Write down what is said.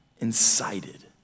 incited